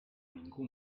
ningú